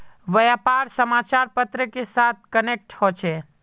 व्यापार समाचार पत्र के साथ कनेक्ट होचे?